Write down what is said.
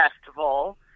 Festival